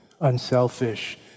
unselfish